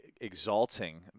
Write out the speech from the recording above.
exalting